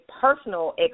personal